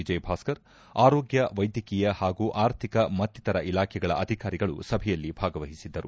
ವಿಜಯ ಭಾಸ್ಕರ್ ಆರೋಗ್ಯ ವೈದ್ಯಕೀಯ ಪಾಗೂ ಆರ್ಥಿಕ ಮತ್ತಿತರ ಇಲಾಖೆಗಳ ಅಧಿಕಾರಿಗಳು ಸಭೆಯಲ್ಲಿ ಭಾಗವಹಿಸಿದ್ದರು